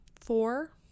four